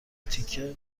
تیکه